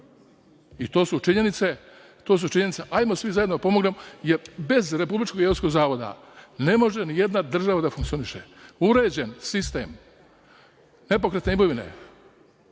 To su činjenice. Hajde svi zajedno da pomognemo, jer bez Republičkog geodetskog zavoda ne može nijedna država da funkcioniše. Uređen sistem nepokretne imovine